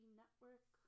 network